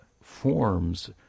forms